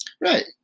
right